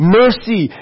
mercy